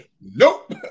nope